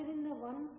ಆದ್ದರಿಂದ 1